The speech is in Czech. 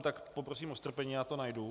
Tak poprosím o strpení, já to najdu.